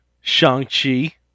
Shang-Chi